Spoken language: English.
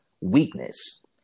weakness